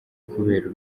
kubera